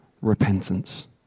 repentance